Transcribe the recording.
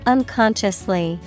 Unconsciously